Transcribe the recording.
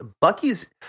Bucky's